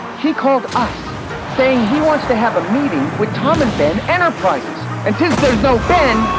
he called us saying he wants to have a meeting with tom and ben enterprises and since there's no ben,